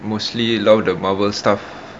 mostly a lot of the marvel stuff